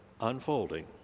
unfolding